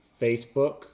Facebook